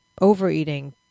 overeating